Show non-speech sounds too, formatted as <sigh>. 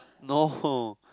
no <breath>